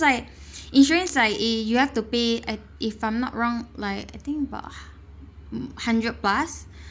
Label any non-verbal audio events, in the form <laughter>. is like <breath> insurance like eh you have to pay i~ if I'm not wrong like I think about h~ hundred plus